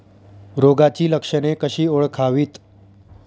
रोगाची लक्षणे कशी ओळखावीत?